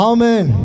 Amen